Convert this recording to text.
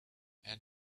and